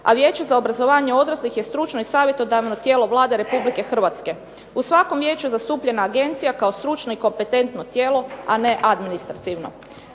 a Vijeće za obrazovanje odraslih je stručno i savjetodavno tijelo Vlade Republike Hrvatske. U svakom vijeću zastupljena je agencija kao stručno i kompetentno tijelo, a ne administrativno.